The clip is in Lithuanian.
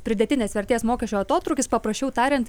pridėtinės vertės mokesčio atotrūkis paprasčiau tariant